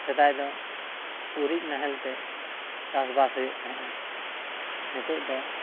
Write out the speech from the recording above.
ᱥᱮᱫᱟᱭ ᱫᱚ ᱩᱨᱤᱡ ᱱᱟᱦᱮᱞ ᱛᱮ ᱪᱟᱥ ᱵᱟᱥᱮᱜ ᱛᱟᱦᱮᱸᱜᱼᱟ ᱱᱤᱛᱚᱜ ᱫᱚ